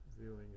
Viewing